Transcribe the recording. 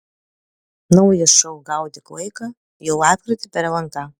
naujas šou gaudyk laiką jau lapkritį per lnk